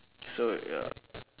so ya